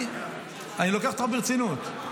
אני לוקח אותך ברצינות.